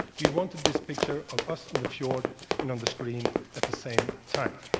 we wanted this picture of us on the fjord and on the screen at the same time.